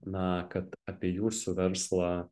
na kad apie jūsų verslą